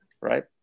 right